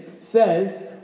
says